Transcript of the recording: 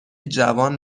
جوان